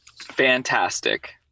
Fantastic